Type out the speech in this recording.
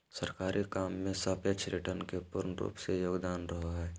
सरकारी काम मे सापेक्ष रिटर्न के पूर्ण रूप से योगदान रहो हय